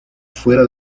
fuera